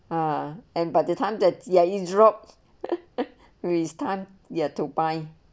ah and by the time that ya he dropped written ya to buy